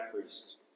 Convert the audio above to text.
priest